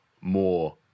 more